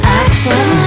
action